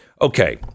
Okay